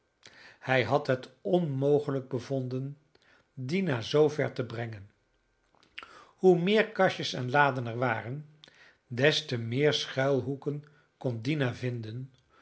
hij had het onmogelijk bevonden dina zoover te brengen hoe meer kastjes en laden er waren des te meer schuilhoeken kon dina vinden